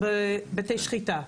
בבתי שחיטה.